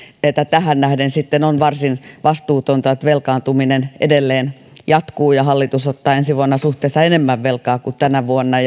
että tähän nähden on varsin vastuutonta että velkaantuminen edelleen jatkuu ja hallitus ottaa ensi vuonna suhteessa enemmän velkaa kuin tänä vuonna